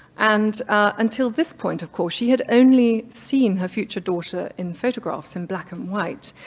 and until this point of course she had only seen her future daughter in photographs in black and white,